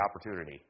opportunity